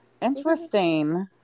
interesting